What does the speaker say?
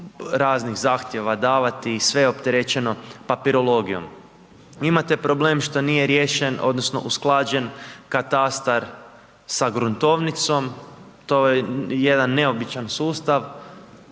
raznih zahtjeva davati i sve je opterećeno papirologijom. Imate problem što nije riješen odnosno usklađen katastar sa gruntovnicom, to je jedan neobičan sustav,